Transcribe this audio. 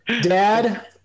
dad